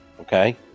Okay